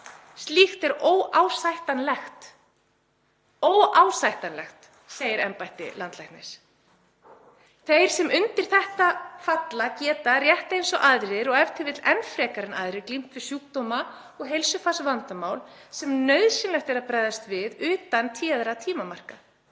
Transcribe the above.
Slíkt er óásættanlegt.“ — óásættanlegt, segir embætti landlæknis — „Þeir sem undir þetta falla geta, rétt eins og aðrir og e.t.v. enn frekar en aðrir, glímt við sjúkdóma og heilsufarsvandamál sem nauðsynlegt er að bregðast við utan téðra tímamarka.